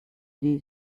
this